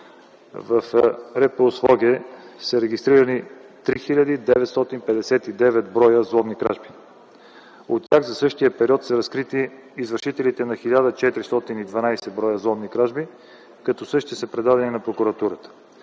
в РПУ – Своге, са регистрирани 3959 броя взломни кражби. От тях за същия период са разкрити извършителите на 1412 броя взломни кражби, като същите са предадени на прокуратурата.